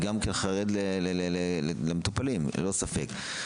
גם אני חרד למטופלים, ללא ספק.